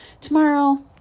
tomorrow